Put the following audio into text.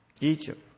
Egypt